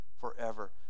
forever